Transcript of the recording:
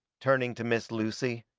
turning to miss lucy,